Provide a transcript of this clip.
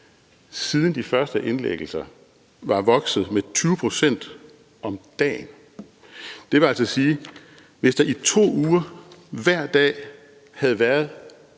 siden de første indlæggelser var vokset med 20 pct. om dagen, altså det vil sige, hvis der i 2 uger hver dag havde været